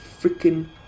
freaking